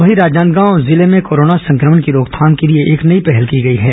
वहीं राजनांदगांव जिले में कोरोना संक्रमण की रोकथाम के लिए एक नई पहल की गई है